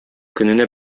көненә